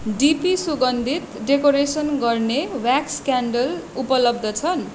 DP सुगन्धित decoration गर्ने wax candle उपलब्ध छन्